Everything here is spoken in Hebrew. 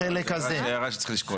זאת הערה שצריך לשקול.